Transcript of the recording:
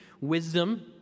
wisdom